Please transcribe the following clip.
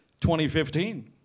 2015